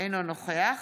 אינו נוכח